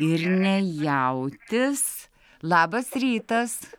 ir ne jautis labas rytas